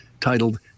titled